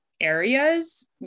areas